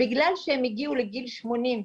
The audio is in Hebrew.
בגלל שהם הגיעו לגיל שמונים.